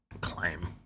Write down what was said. claim